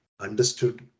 understood